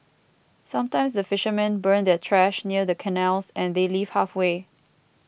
sometimes the fishermen burn their trash near the canals and they leave halfway